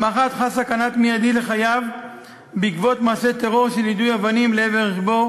המח"ט חש סכנה מיידית לחייו בעקבות מעשה טרור של יידוי אבנים לעבר רכבו,